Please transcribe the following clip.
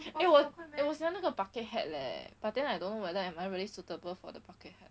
eh 我我喜欢那个 bucket hat leh but then I don't know whether I am I really suitable for the bucket hat